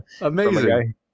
Amazing